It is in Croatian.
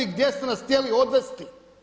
Gdje ste nas htjeli odvesti?